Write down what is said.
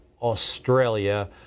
Australia